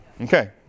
Okay